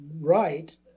right